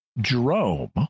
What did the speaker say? Jerome